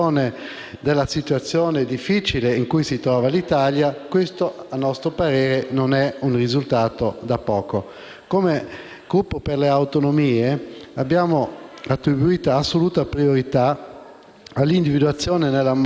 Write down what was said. Gruppo per le Autonomie abbiamo attribuito assoluta priorità all'individuazione, nella manovra correttiva di finanza pubblica, di una rinnovata disciplina per la retribuzione del lavoro occasionale e per le famiglie.